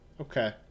Okay